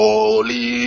Holy